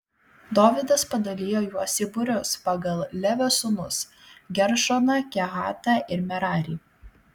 dovydas padalijo juos į būrius pagal levio sūnus geršoną kehatą ir merarį